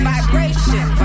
Vibration